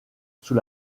sous